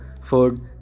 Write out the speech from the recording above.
food